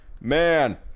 Man